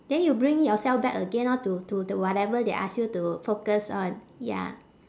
then you bring yourself back again orh to to the whatever they ask you to focus on ya